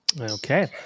Okay